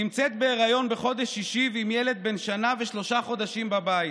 נמצאת בהיריון בחודש שישי ועם ילד בן שנה ושלושה חודשים בבית.